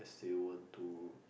still want to